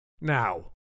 Now